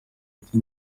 ati